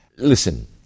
Listen